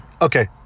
Okay